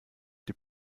die